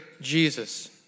Jesus